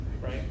right